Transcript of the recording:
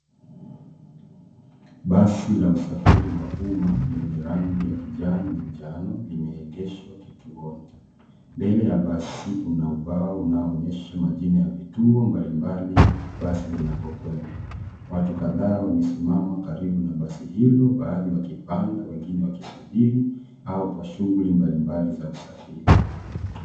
Basi la usafiri wa uma lenye rangi ya kijani na njano, limeegeshwa kituoni. Mbele ya basi kuna ubao unaoonyesha majina ya vituo mbali mbali basi linakokwenda. Watu kadhaa wamesimama karibu na basi hilo, baadhi wakipanda, wengine wakisubiri, au kwa shughuli mbali mbali za usafiri.